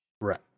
right